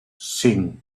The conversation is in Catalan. cinc